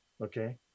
okay